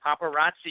paparazzi